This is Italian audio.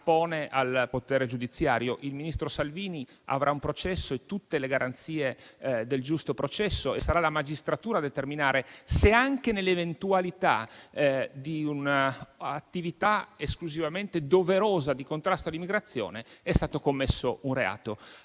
Il ministro Salvini avrà un processo, con tutte le garanzie del giusto processo, e sarà la magistratura a determinare se, anche nell'eventualità di un'attività esclusivamente doverosa di contrasto all'immigrazione, sia stato commesso un reato.